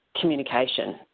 communication